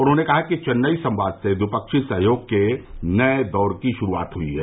उन्होंने कहा कि चेन्नई संवाद से ट्विपक्षीय सहयोग के नए दौर की शुरूआत हुई है